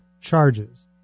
charges